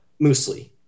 muesli